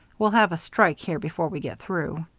we'll have a strike here before we get through.